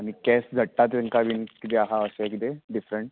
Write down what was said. आनी केंस झडटा ताका बी कितें आसा अशें कितें डिफरण